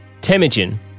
Temujin